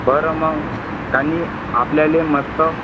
बरं मग आणि आपल्याला मस्त